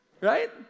Right